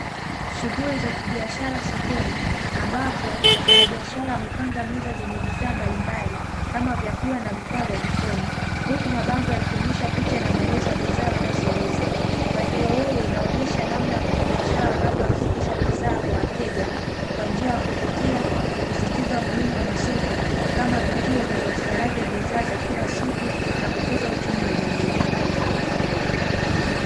Shughuli za kibiashara sokoni, ambapo wafanyabiashara wamepanga meza zenye bidhaa mbalimbali, kama vyakula na vifaa vya jikoni, huku mabango yakionyesha picha na maelezo ya bidhaa wanazouza. Mpangilio huu unaonyesha namna wafanyabiashara wanavyowasilisha bidhaa kwa wateja kwa njia ya kuvutia, ikisisitiza umuhimu wa masoko kama vituo vya upatikajani wa bidhaa za kila siku na kukuza uchumi wa jamii.